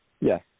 Yes